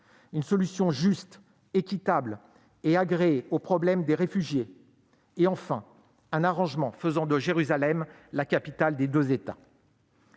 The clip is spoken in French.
une solution juste, équitable et agréée au problème des réfugiés ; enfin, un arrangement faisant de Jérusalem la capitale des deux États.